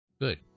good